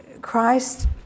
Christ